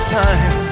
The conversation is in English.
time